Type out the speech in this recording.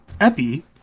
Epi